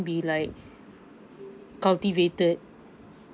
be like cultivated